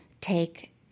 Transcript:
take